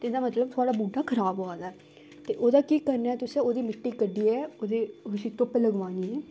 ते एह्दा मतलब थुआढ़ा बूह्टा खराब होआ दा ऐ ते ओह्दा केह् करना तुसें ओह्दी मिट्टी कड्ढियै ओह्दी उसी धुप्प लगवानी ऐ